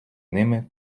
ними